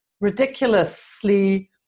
ridiculously